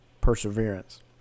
perseverance